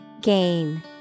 Gain